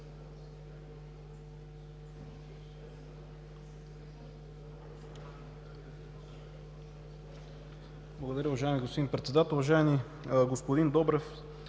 Благодаря. Уважаеми господин Председател, уважаеми господин Добрев!